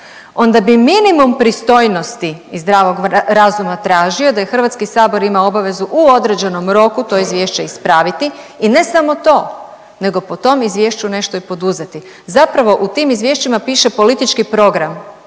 onda bi minimum pristojnosti i zdravog razuma tražio da i Hrvatski sabor ima obavezu u određenom roku to izvješće ispraviti i ne samo to, nego po tom izvješću nešto i poduzeti. Zapravo u tim izvješćima piše politički program